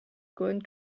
going